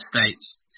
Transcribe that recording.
States